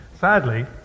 Sadly